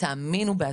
תאמינו בעצמיכן.